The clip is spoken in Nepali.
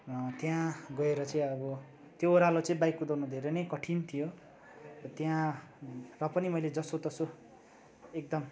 त्यहाँ गएर चाहिँ अब त्यो ओह्रालो चाहिँ बाइक कुदाउन धेरै नै कठिन थियो र त्यहाँ र पनि मैले जसोतसो एकदम